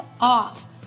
off